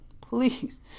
Please